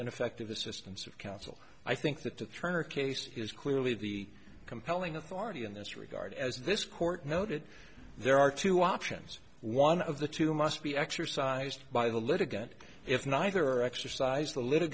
ineffective assistance of counsel i think that the turner case is clearly the compelling authority in this regard as this court noted there are two options one of the two must be exercised by the litigant if neither exercised the lit